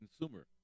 consumer